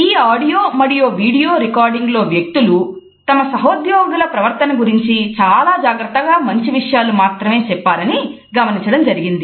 ఈ ఆడియో మరియు video recording లో వ్యక్తులు తమ సహోద్యోగుల ప్రవర్తన గురించి చాలా జాగ్రత్తగా మంచి విషయాలు మాత్రమే చెప్పారని గమనించడం జరిగింది